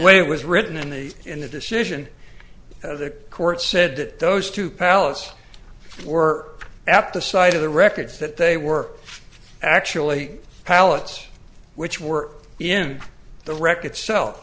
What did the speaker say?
way it was written in the in the decision of the court said that those two palace were at the side of the records that they were actually pallets which were in the wreck itself